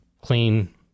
clean